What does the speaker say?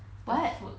what